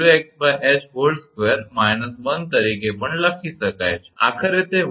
𝑊𝑥𝐻2 − 1 તરીકે પણ લખી શકાય છે